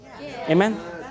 Amen